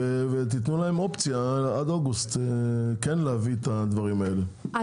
ותתנו להם אופציה עד אוגוסט כן להביא את הדברים האלה,